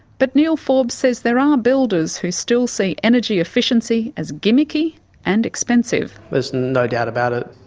but neil forbes says there are builders who still see energy efficiency as gimmicky and expensive. there's no doubt about it.